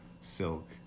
silk